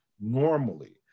normally